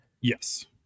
Yes